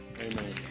amen